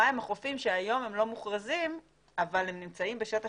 מה הם החופים שהיום לא מוכרזים אבל הם נמצאים בשטח